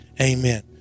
amen